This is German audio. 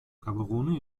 gaborone